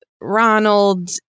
Ronald